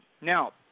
Now